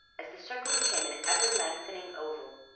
as the circle became an ever-lengthening oval,